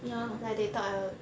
ya